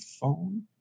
phone